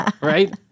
right